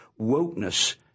wokeness